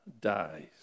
dies